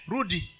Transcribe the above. Rudy